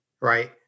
right